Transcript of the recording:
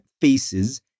faces